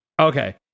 Okay